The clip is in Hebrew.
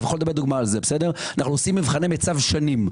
אנחנו עושים מבחני מיצב שנים.